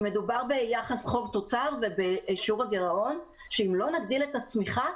ומדובר ביחס חוב תוצר ובשיעור הגירעון שאם לא נגדיל את הצמיחה